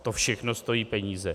To všechno stojí peníze.